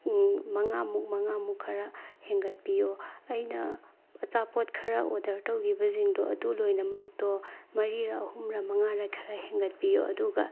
ꯃꯉꯥꯃꯨꯛ ꯃꯉꯥꯃꯨꯛ ꯈꯔ ꯍꯦꯟꯒꯠꯄꯤꯌꯣ ꯑꯩꯅ ꯑꯆꯥꯄꯣꯠ ꯈꯔ ꯑꯣꯔꯗꯔ ꯇꯧꯈꯤꯕꯁꯤꯡꯗꯣ ꯑꯗꯨ ꯂꯣꯏꯅꯃꯛꯇꯣ ꯃꯔꯤꯔꯥ ꯑꯍꯨꯝꯂꯥ ꯃꯉꯥꯔꯥ ꯈꯔ ꯍꯦꯟꯒꯠꯄꯤꯌꯣ ꯑꯗꯨꯒ